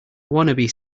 wannabe